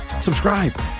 subscribe